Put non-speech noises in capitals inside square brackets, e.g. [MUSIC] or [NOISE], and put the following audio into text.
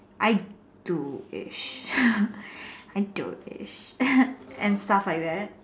I do ish [LAUGHS] I don't ish [COUGHS] and stuff like that